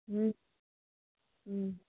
হুম হুম